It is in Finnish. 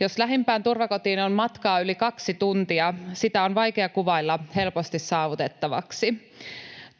Jos lähimpään turvakotiin on matkaa yli kaksi tuntia, sitä on vaikea kuvailla helposti saavutettavaksi.